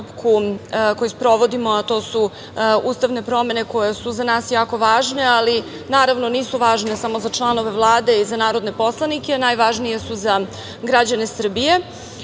koji sprovodimo, a to su ustavne promene koje su za nas jako važne, ali nisu važne samo za članove Vlade i za narodne poslanike, najvažnije su za građane Srbije. Želim